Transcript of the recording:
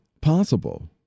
possible